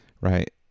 right